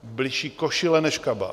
Bližší košile než kabát.